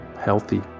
healthy